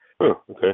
okay